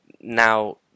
now